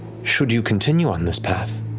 should you continue on this path,